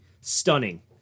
stunning